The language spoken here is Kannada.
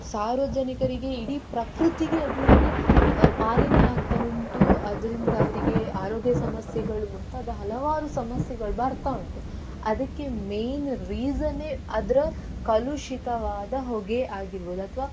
ಸಾರ್ವಜನಿಕರಿಗೆ ಇಡೀ ಪ್ರಕೃತಿಗೆ ಅದರಿಂದ ಮಾಲಿನ್ಯ ಆಗ್ತಾ ಉಂಟು ಅದರಿಂದ ಅವರಿಗೆ ಆರೋಗ್ಯ ಸಮಸ್ಯೆಗಳು ಮುಂತಾದ ಹಲವಾರು ಸಮಸ್ಯೆಗಳು ಬರ್ತಾ ಉಂಟು ಅದಕ್ಕೆ ಮೇಯ್ನ್ ರೀಸನ್ನೇ ಅದರ ಕಲುಷಿತವಾದ ಹೊಗೆ ಆಗಿರ್ಬೋದು ಅಥ್ವಾ